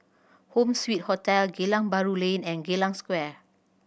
Home Suite Hotel Geylang Bahru Lane and Geylang Square